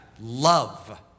love